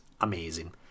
amazing